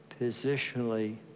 Positionally